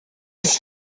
his